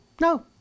no